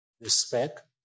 respect